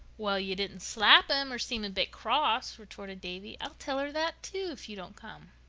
well, you didn't slap him or seem a bit cross, retorted davy. i'll tell her that, too, if you don't come.